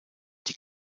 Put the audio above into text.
die